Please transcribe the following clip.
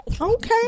Okay